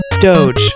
Doge